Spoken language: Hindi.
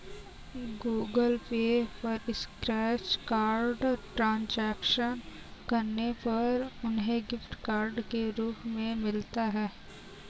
गूगल पे पर स्क्रैच कार्ड ट्रांजैक्शन करने पर उन्हें गिफ्ट कार्ड के रूप में मिलता है